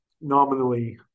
nominally